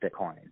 bitcoin